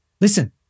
Listen